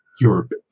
Europe